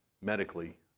medically